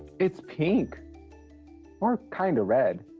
it's pink or kind of red.